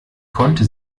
konnte